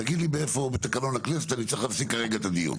תגיד לי איפה בתקנון הכנסת אני צריך להפסיק כרגע את הדיון.